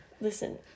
Listen